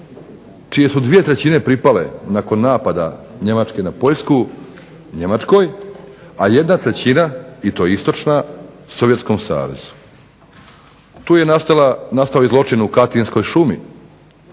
čije su 2/3 pripale nakon napada Njemačke na Poljsku Njemačkoj, a 1/3 i to istočna Sovjetskom savezu. Tu je nastao i zločin u Katinskoj šumi